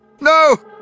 No